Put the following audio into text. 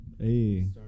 Hey